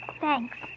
Thanks